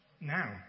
Now